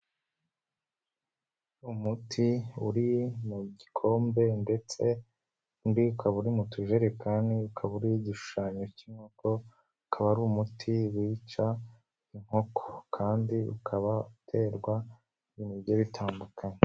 Umuti uri mu gikombe ndetse undi ukaba uri mu tujerekani ukaba uriho igishushanyo k'inkoko, akaba ari umuti wica inkoko kandi ukaba uterwa ibintu bigiye bitandukanye.